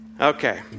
Okay